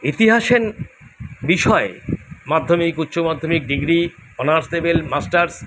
ইতিহাসের বিষয়ে মাধ্যমিক উচ্চমাধ্যমিক ডিগ্রি অনার্স লেভেল মাস্টার্স